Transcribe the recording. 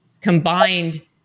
combined